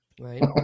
Right